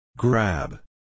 Grab